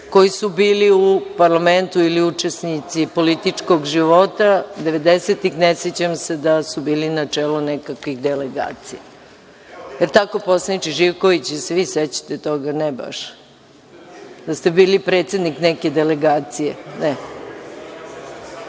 koji su bili u parlamentu ili učesnici političkog života devedesetih. Ne sećam se da li su bili na čelu nekakvih delegacija. Jel tako, poslaniče Živkoviću? Da li se vi sećate toga? Ne baš. Jeste li bili predsednik neke delegacije?